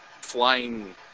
flying